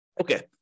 Okay